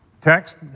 text